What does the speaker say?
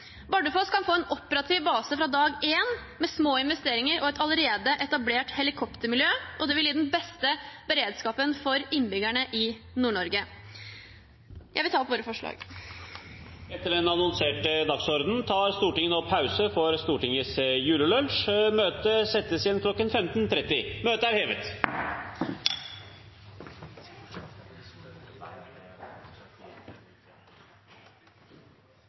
Bardufoss kan man få en operativ base fra dag én med små investeringer og et allerede etablert helikoptermiljø. Det vil gi den beste beredskapen for innbyggerne i Nord-Norge. Ifølge den annonserte dagsordenen tar Stortinget nå pause for Stortingets julelunsj. Møtet settes igjen kl. 15.30. Vi fortsetter debatten i sak nr. 7. En god helikopterberedskap over hele landet er